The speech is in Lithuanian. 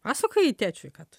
pasakoji tėčiui kad